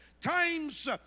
Times